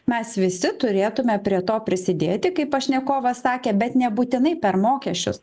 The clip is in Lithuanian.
mes visi turėtume prie to prisidėti kaip pašnekovas sakė bet nebūtinai per mokesčius